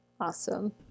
Awesome